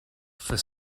for